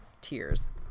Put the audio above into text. tears